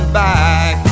back